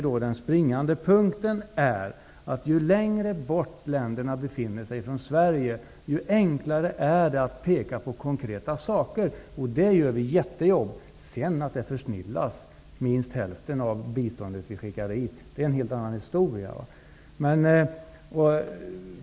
Den springande punkten är att ju längre bort ett land befinner sig från Sverige, desto enklare är det att peka på konkreta saker. Därvidlag gör vi ett jättejobb. Att minst hälften av det bistånd som skickas dit försnillas, är en helt annan historia.